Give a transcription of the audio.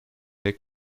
pek